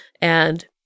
And-